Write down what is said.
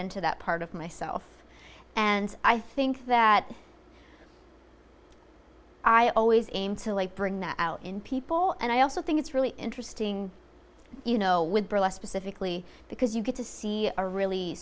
into that part of myself and i think that i always aim to like bring that out in people and i also think it's really interesting you know with burlesque pacifically because you get to see a really